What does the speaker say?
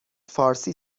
فارسی